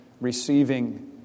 receiving